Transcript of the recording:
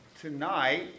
tonight